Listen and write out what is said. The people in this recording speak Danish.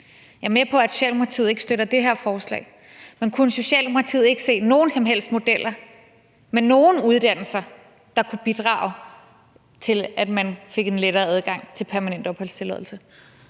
Jeg er med på, at Socialdemokratiet ikke støtter det her forslag, men kunne Socialdemokratiet ikke se nogen som helst modeller med nogle uddannelser, der kunne bidrage til, at man fik en lettere adgang til permanent opholdstilladelse?